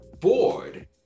bored